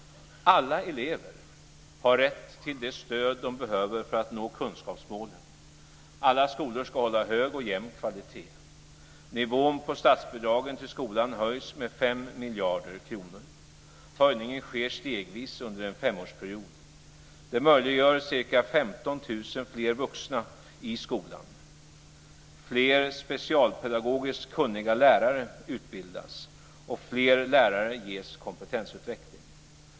Alla elever har rätt till det stöd de behöver för att nå kunskapsmålen. Alla skolor ska hålla hög och jämn kvalitet. Nivån på statsbidragen till skolan höjs med 5 miljarder kronor. Höjningen sker stegvis under en femårsperiod. Det möjliggör ca 15 000 fler vuxna i skolan. Fler specialpedagogiskt kunniga lärare utbildas, och fler lärare ges kompetensutveckling.